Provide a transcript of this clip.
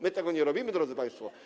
My tego nie robimy, drodzy państwo.